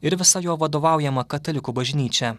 ir visa jo vadovaujama katalikų bažnyčia